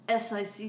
SIC